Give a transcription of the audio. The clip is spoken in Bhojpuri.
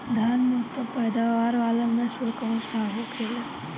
धान में उच्च पैदावार वाला नस्ल कौन सा होखेला?